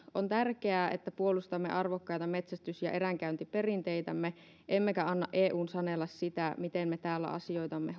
on tärkeää että puolustamme arvokkaita metsästys ja eränkäyntiperinteitämme emmekä anna eun sanella sitä miten me täällä asioitamme